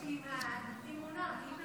אימאן, אמונה, פעם